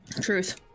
Truth